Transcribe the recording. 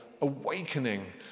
awakening